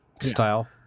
Style